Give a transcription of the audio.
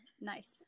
Nice